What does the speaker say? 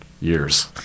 years